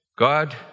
God